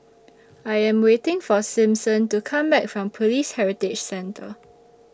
I Am waiting For Simpson to Come Back from Police Heritage Centre